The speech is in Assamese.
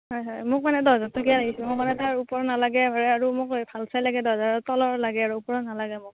হয় হয় মোক মানে দহ হাজাৰটকীয়া লাগিছিল তাৰ ওপৰত নালাগে আৰু মোক ভাল চাই লাগে দহ হাজাৰৰ তলৰ লাগে আৰু ওপৰৰ নালাগে